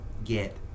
get